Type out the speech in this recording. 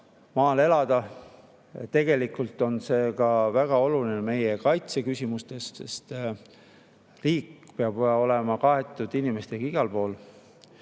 maal elada. Tegelikult on see ka väga oluline kaitseküsimus, sest riik peab olema kaetud inimestega igal pool.